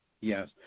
Yes